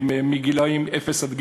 לגילים אפס עד שלוש,